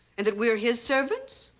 and that we're his servants?